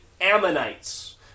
Ammonites